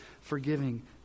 forgiving